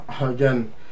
again